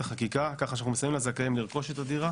החקיקה כך שאנחנו מסייעים לזכאים לרכוש את הדירה,